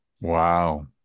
wow